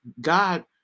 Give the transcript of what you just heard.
God